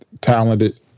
talented